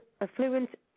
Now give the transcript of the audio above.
affluent